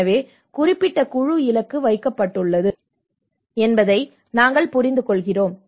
எனவே குறிப்பிட்ட குழு இலக்கு வைக்கப்பட்டுள்ளது என்பதை நாங்கள் புரிந்துகொள்கிறோம்